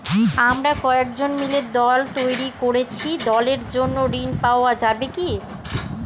আমরা কয়েকজন মিলে দল তৈরি করেছি দলের জন্য ঋণ পাওয়া যাবে কি?